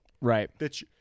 Right